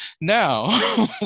now